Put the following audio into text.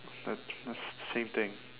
uh that's the same thing